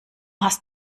hast